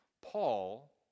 Paul